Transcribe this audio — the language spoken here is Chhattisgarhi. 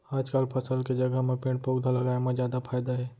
आजकाल फसल के जघा म पेड़ पउधा लगाए म जादा फायदा हे